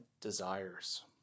desires